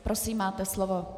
Prosím, máte slovo.